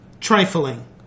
trifling